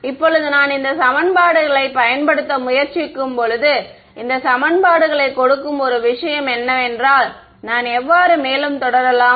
இப்போது நான் இந்த சமன்பாடுகளைப் பயன்படுத்த முயற்சிக்கும்போது இந்த சமன்பாடுகளைக் கொடுக்கும் ஒரு விஷயம் என்னவென்றால் நான் எவ்வாறு மேலும் தொடரலாம்